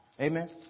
Amen